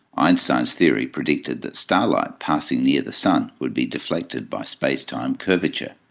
einstein's theory predicted that starlight passing near the sun would be deflected by space-time curvature.